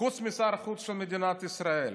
חוץ משר החוץ של מדינת ישראל.